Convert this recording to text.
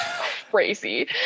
crazy